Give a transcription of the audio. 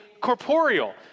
corporeal